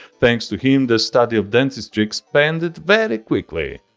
thanks to him the study of dentistry expanded very quickly.